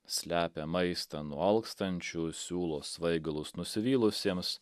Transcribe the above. slepia maistą nuo alkstančių siūlo svaigalus nusivylusiems